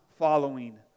following